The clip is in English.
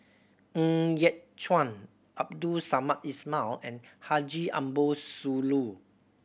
Ng Yat Chuan Abdul Samad Ismail and Haji Ambo Sooloh